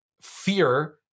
fear